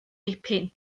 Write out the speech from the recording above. dipyn